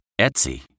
Etsy